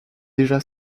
déjà